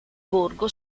borgo